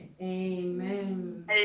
Amen